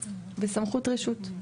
בסמכות רשות.